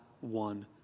one